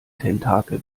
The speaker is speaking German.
tentakel